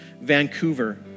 Vancouver